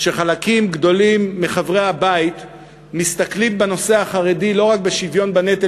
שחלקים גדולים מחברי הבית מסתכלים בנושא החרדי לא רק על השוויון בנטל